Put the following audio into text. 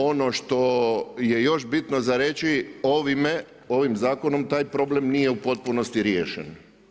Ono što je još bitno za reći ovime, ovim zakonom taj problem nije u potpunosti riješen.